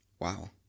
Wow